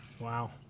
Wow